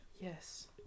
Yes